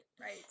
Right